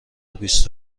بیست